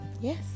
Yes